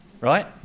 right